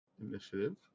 Initiative